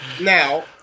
now